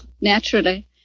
Naturally